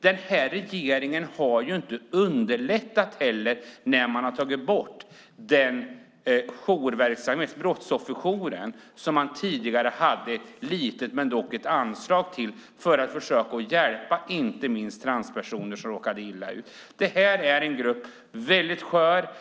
den här regeringen har inte underlättat när man har tagit bort brottsofferjouren som man tidigare hade ett litet men dock ett anslag till. Den arbetade med att försöka hjälpa inte minst transpersoner som råkade illa ut. Det är en väldigt skör grupp.